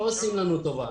לא עושים לנו טובה.